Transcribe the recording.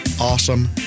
awesome